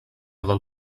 del